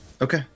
Okay